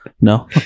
no